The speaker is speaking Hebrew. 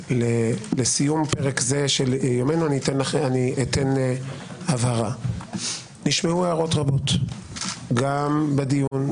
לסיום פרק זה של יומנו אני אתן הבהרה: נשמעו הערות רבות גם בדיון,